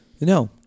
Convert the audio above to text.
No